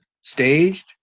staged